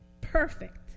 perfect